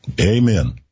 Amen